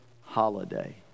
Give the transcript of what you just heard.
holiday